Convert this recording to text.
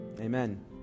Amen